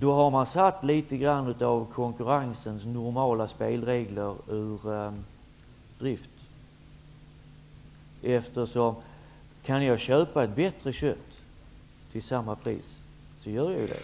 har man satt litet grand av konkurrensens normala spelregler ur funktion. Kan jag köpa ett bättre kött till samma pris, så gör jag det.